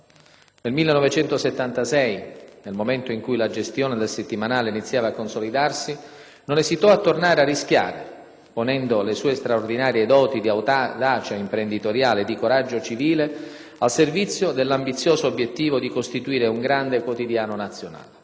Nel 1976, nel momento in cui la gestione del settimanale iniziava a consolidarsi, non esitò a tornare a rischiare, ponendo le sue straordinarie doti di audacia imprenditoriale e di coraggio civile al servizio dell'ambizioso obiettivo di costituire un grande quotidiano nazionale.